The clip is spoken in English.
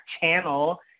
channel